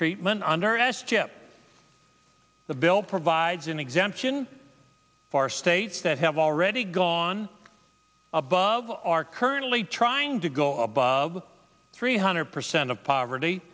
chip the bill provides an exemption for states that have already gone above are currently trying to go above three hundred percent of poverty